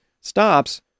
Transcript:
stops